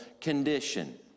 condition